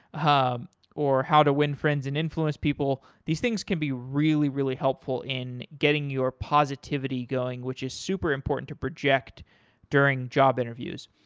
or how to win friends and influence people. these things can be really really helpful in getting your positivity going, which is super important to project during job interviews.